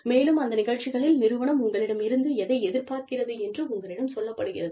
மேலும் அந்த நிகழ்ச்சிகளில் நிறுவனம் உங்களிடம் இருந்து எதை எதிர்பார்க்கிறது என்று உங்களிடம் சொல்லப்படுகிறது